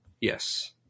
Yes